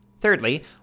Thirdly